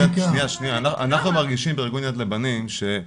אנחנו מרגישים בארגון יד לבנים ש-